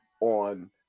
on